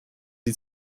sie